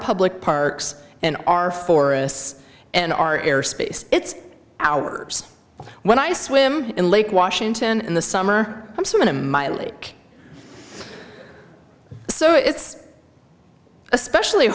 public parks and our forests and our air space it's ours when i swim in lake washington in the summer i'm some of them i like so it's especially